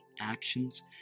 actions